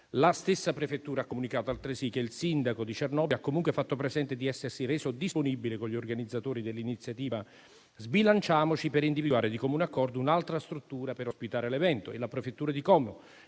La stessa prefettura ha comunicato altresì che il sindaco di Cernobbio ha comunque fatto presente di essersi reso disponibile con gli organizzatori dell'iniziativa Sbilanciamoci per individuare di comune accordo un'altra struttura per ospitare l'evento. La prefettura di Como,